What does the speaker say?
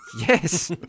Yes